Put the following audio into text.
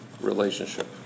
relationship